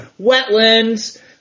wetlands